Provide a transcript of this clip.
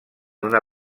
una